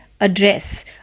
address